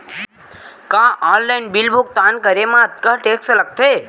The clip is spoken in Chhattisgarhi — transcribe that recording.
का ऑनलाइन बिल भुगतान करे मा अक्तहा टेक्स लगथे?